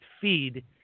feed